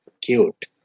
cute